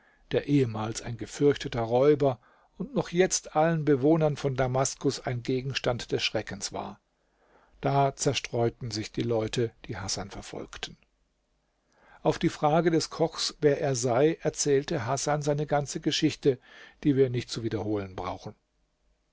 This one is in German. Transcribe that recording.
der ehemals ein gefürchteter räuber und noch jetzt allen bewohnern von damaskus ein gegenstand des schreckens war da zerstreuten sich die leute die hasan verfolgten auf die frage des kochs wer er sei erzählte hasan seine ganze geschichte die wir nicht zu wiederholen brauchen